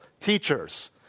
teachers